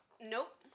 Nope